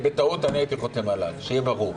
זה בטעות, הייתי חותם עליו, שיהיה ברור.